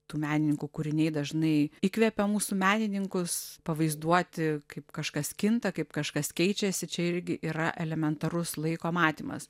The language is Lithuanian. tų menininkų kūriniai dažnai įkvepia mūsų menininkus pavaizduoti kaip kažkas kinta kaip kažkas keičiasi čia irgi yra elementarus laiko matymas